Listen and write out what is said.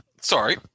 Sorry